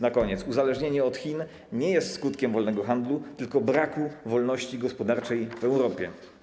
Na koniec: uzależnienie od Chin jest skutkiem nie wolnego handlu, tylko braku wolności gospodarczej w Europie.